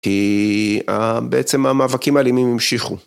בעצם המאבקים האלימים המשיכו.